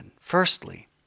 firstly